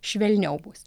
švelniau bus